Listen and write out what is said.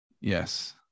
Yes